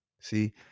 See